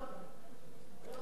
זמן.